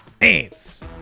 ants